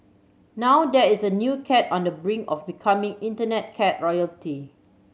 now there is a new cat on the brink of becoming Internet cat royalty